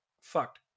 fucked